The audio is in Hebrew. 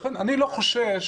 אני לא חושש